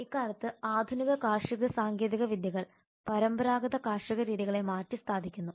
ഇക്കാലത്ത് ആധുനിക കാർഷിക സാങ്കേതികവിദ്യകൾ പരമ്പരാഗത കാർഷിക രീതികളെ മാറ്റിസ്ഥാപിക്കുന്നു